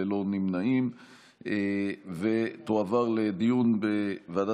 חברת הכנסת וסרמן לנדה וחבר הכנסת